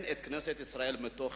זה לא קשור לממשלה כזאת או לאחרת,